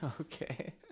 okay